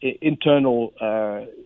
internal